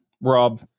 Rob